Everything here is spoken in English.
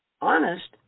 honest